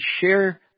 share